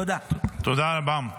תודה רבה.